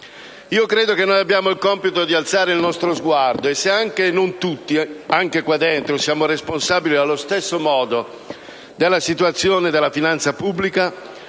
Credo che abbiamo il compito di alzare il nostro sguardo e, se anche non tutti, anche qua dentro, siamo responsabili allo stesso modo della situazione della finanza pubblica,